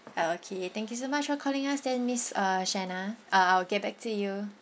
okay thank you so much for calling us then miss uh shena uh I will get back to you